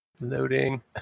loading